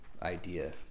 idea